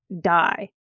die